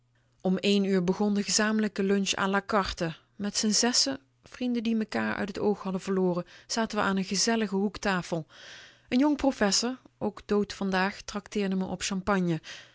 om één uur begon de gezamenlijke lunch à a c a r t e met z'n zessen vrienden die mekaar uit t oog hadden verloren zaten we aan n gezellige hoektafel n jong professor ook dood vandaag trakteerde op champagne